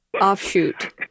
Offshoot